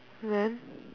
and then